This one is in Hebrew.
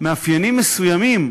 מאפיינים מסוימים,